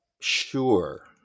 Sure